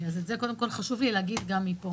את זה קודם כול חשוב לי להגיד גם מפה